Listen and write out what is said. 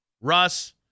Russ